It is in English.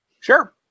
Sure